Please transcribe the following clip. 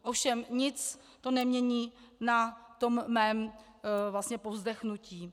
Ovšem nic to nemění na tom mém vlastně povzdechnutí.